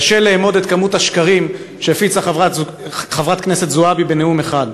קשה לאמוד את כמות השקרים שהפיצה חברת הכנסת זועבי בנאום אחד,